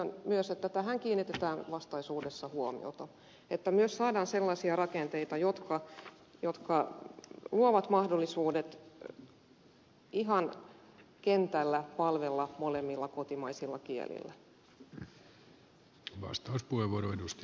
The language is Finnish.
pyydän myös että tähän kiinnitetään vastaisuudessa huomiota että myös saadaan sellaisia rakenteita jotka luovat mahdollisuudet ihan kentällä palvella molemmilla kotimaisilla kielillä